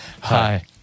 Hi